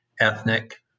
ethnic